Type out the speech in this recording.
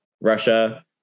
russia